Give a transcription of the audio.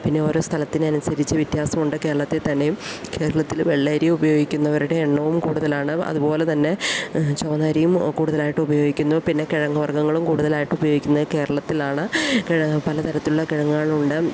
പിന്നെ ഓരോ സ്ഥലത്തിനനുസരിച്ച് വ്യത്യാസമുണ്ട് കേരളത്തിൽ തന്നെയും കേരളത്തില് വെള്ളരി ഉപയോഗിക്കുന്നവരുടെ എണ്ണവും കൂടുതലാണ് അതുപോലെ തന്നെ ചുവന്ന അരിയും കൂടുതലായിട്ടും ഉപയോഗിക്കുന്നു പിന്നെ കിഴങ്ങ് വർഗങ്ങളും കൂടുതലായിട്ടുപയോഗിക്കുന്നത് കേരളത്തിലാണ് കിഴ പലതരത്തിലുള്ള കിഴങ്ങുകളുണ്ട്